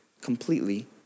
completely